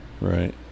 Right